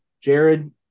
Jared